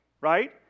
right